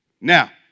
Now